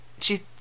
she-